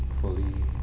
fully